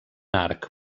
arc